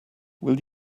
will